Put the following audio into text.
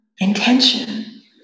Intention